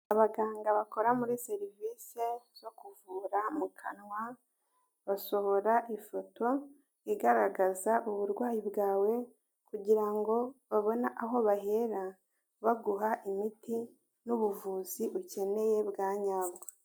Abaganga bakora muri serivisi zo kuvura mu kanwa, basohora ifoto igaragaza uburwayi bwawe kugira ngo babone aho bahera baguha imiti n'ubuvuzi ukeneye bwanyabwo.